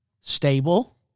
Stable